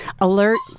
alert